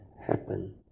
happen